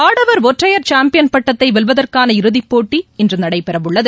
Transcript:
ஆடவர் ஒற்றையர் சாம்பியன் பட்டத்தைவெல்வதற்கான இறுதிப் போட்டி இன்றுநடைபெறஉள்ளது